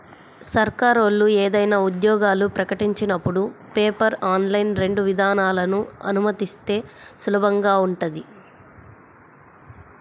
సర్కారోళ్ళు ఏదైనా ఉద్యోగాలు ప్రకటించినపుడు పేపర్, ఆన్లైన్ రెండు విధానాలనూ అనుమతిస్తే సులభంగా ఉంటది